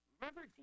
Remember